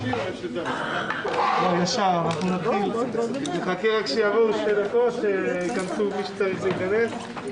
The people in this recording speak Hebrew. הישיבה ננעלה בשעה 11:30.